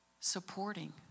supporting